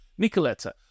Nicoletta